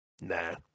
Nah